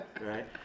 Right